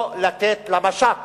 לא לתת למשט